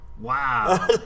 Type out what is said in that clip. Wow